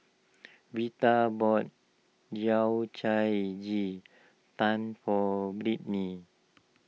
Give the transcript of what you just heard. Veta bought Yao Cai Ji Tang for Brittney